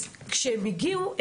בגלל שהכשירו אותם אז כשהם הגיעו,